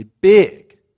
big